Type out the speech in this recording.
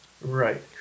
right